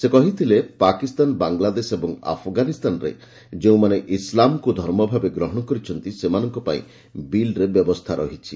ସେ କହିଥିଲେ ପାକିସ୍ତାନ ବାଂଲଶଦେଶ ଏବଂ ଆଫଗାନିସ୍ତାନରେ ଯେଉଁମାନେ ଇସ୍ଲାମ୍କୁ ଧର୍ମଭାବେ ଗ୍ରହଣ କରିଛନ୍ତି ସେମାନଙ୍କପାଇଁ ବିଲ୍ରେ ବ୍ୟବସ୍ଥା ରହିଛି